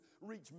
reach